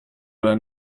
ole